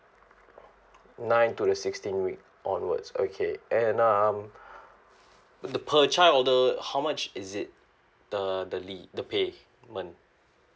nine to the sixteen week onwards okay and um the per child the how much is it the the leave the payment